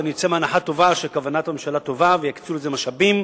ואני יוצא מהנחה טובה שכוונת הממשלה טובה ויקצו לזה משאבים,